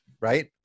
Right